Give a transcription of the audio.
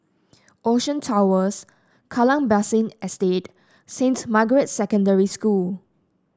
Ocean Towers Kallang Basin Estate Saint Margaret Secondary School